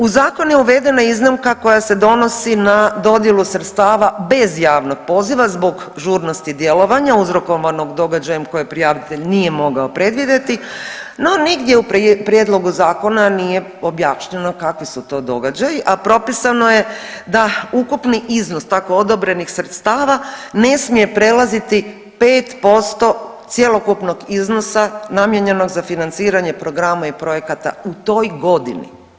U zakon je uvedena iznimka koja se donosi na dodjelu sredstava bez javnog poziva zbog žurnosti djelovanja uzrokovanog događajem koji prijavitelj nije mogao predvidjeti, no nigdje u prijedlogu zakona nije objašnjeno kakvi su to događaji, a propisano je da ukupni iznos tako odobrenih sredstava ne smije prelaziti 5% cjelokupnog iznosa namijenjenog za financiranje programa i projekata u toj godini.